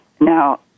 Now